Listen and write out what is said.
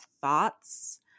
thoughts